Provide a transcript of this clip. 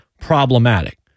problematic